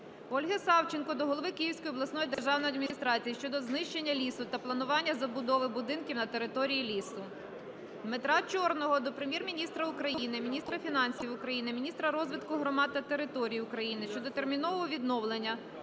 Ольги Савченко до голови Київської обласної державної адміністрації щодо знищення лісу та планування забудови будинків на території лісу. Дмитра Чорного до Прем'єр-міністра України, міністра фінансів України, міністра розвитку громад та територій України щодо термінового відновлення